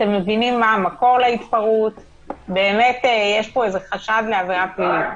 אתם יודעים מה המקור להתפרעות ושיש חשד לעבירה פלילית,